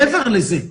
מעבר לזה,